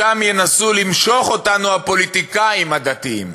לשם ינסו למשוך אותנו הפוליטיקאים הדתיים.